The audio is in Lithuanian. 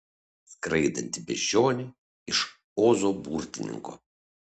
skraidanti beždžionė iš ozo burtininko